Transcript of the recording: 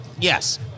Yes